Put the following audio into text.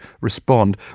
respond